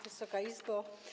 Wysoka Izbo!